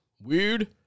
Weird